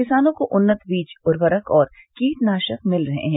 किसानों को उन्नत बीज उर्वरक और कीटनाशक मिल रहे हैं